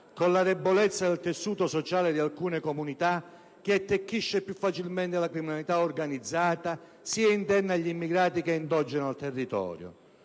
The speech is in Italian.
della debolezza del tessuto sociale di alcune comunità che attecchisce più facilmente la criminalità organizzata, sia interna agli immigrati che endogena al territorio.